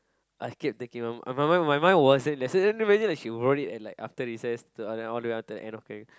I kept thinking on my mind on my mind was like imagine she wrote it after recess all the way until the end of